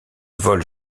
vol